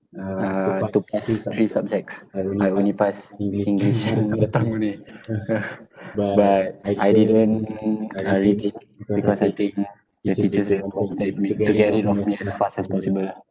uh to pass three subjects I only passed english my mother tongue only but I didn't uh retake because I think the teachers didn't to get rid of me as fast as possible ah